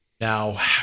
Now